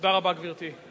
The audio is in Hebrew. תודה רבה, גברתי.